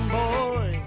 boy